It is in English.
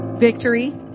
Victory